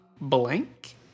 blank